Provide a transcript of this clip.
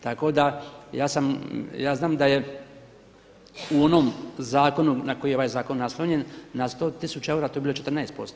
Tako da, ja sam, ja znam da je u onom zakonu na koji je ovaj zakon naslonjen, na 100 tisuća eura to je bilo 14%